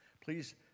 Please